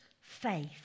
faith